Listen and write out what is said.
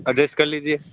adjust कर लीजिए